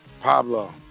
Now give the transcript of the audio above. Pablo